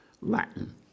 Latin